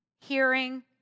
Hearing